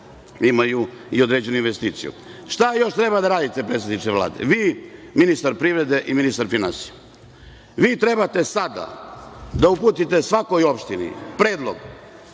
imaju i određene investicije. Šta još treba da radite, predsedniče Vlade, vi, ministar privrede i ministar finansija? Vi treba sada da uputite svakoj opštini predlog